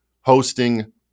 hosting